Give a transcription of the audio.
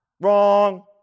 Wrong